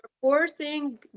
forcing